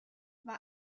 war